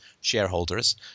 shareholders